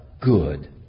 good